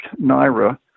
Naira